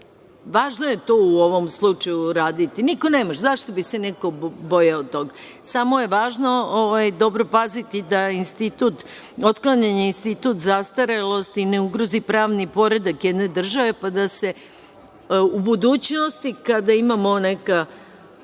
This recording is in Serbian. Važno je to u ovom slučaju uraditi. Zašto bi se neko bojao toga, samo je važno dobro paziti da otklanjanje instituta zastarelosti ne ugrozi pravni poredak jedne države, pa da se u budućnosti kada imamo neke